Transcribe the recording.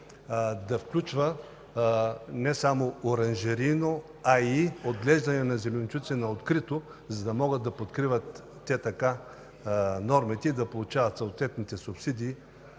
да включва не само оранжерийно, а и отглеждане на зеленчуци на открито, за да могат те така да покриват нормите и да получават съответните субсидии